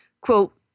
quote